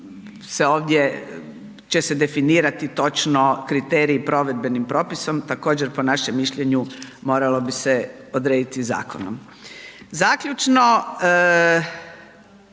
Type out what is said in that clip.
ovdje će se definirati točno kriteriji provedbenim propisom, također po našem mišljenju moralo bi se odrediti zakonom.